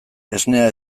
esnea